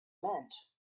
meant